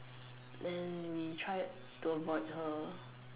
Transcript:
then we tried to avoid her